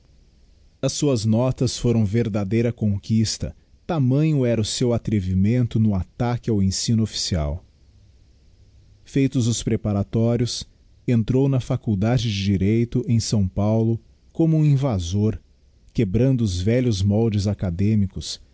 as suas notas foram verdadeira conquista tamanho era o seu atrevimento no ataque ao ensino oflscial feitos os preparatórios entrou na faculdade de direito em s paulo como um invasor quebrando os velhos moldes académicos